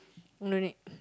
uh no need